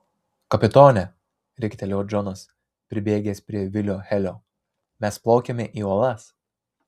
kapitone riktelėjo džonas pribėgęs prie vilio helio mes plaukiame į uolas